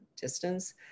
distance